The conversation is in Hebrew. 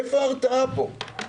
איפה ההרתעה פה?